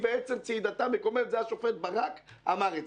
ואנחנו כמובן נעביר.